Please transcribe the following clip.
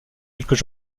quelques